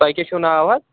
تۅہہِ کیٛاہ چھُوٕ ناو حظ